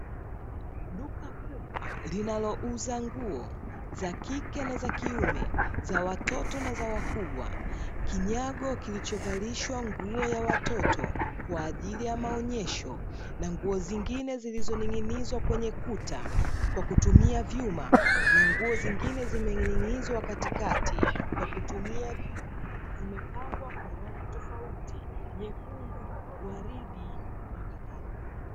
Duka kubwa linalouza nguo za kike na za kiume, za watoto na za wakubwa. Kinyago kilichovalishwa nguo ya watoto kwa ajili ya maonyesho, na nguo zingine zilizoning'inizwa kwenye kuta kwa kutumia vyuma, na nguo zingine zimening'inizwa katikati kwa kutumia vyuma. Zimepangwa kwa rangi tofauti, nyekundu, waridi na kadhalika.